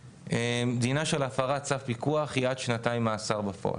דינה של הפרת צו פיקוח היא עד שנתיים מאסר בפועל.